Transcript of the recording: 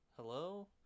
hello